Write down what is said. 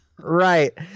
Right